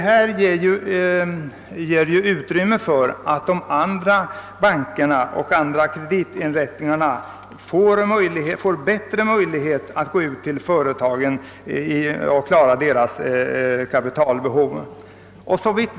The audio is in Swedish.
Därigenom får de andra bankerna och kreditinrättningarna större möjligheter att klara enskilda företags kapitalbehov.